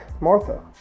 Martha